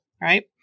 Right